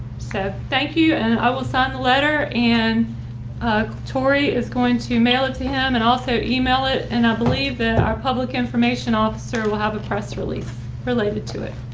so thank you and i will sign the letter and tory is going to mail it to him and also email it and i believe that our public information officer will have a press release for labor to it.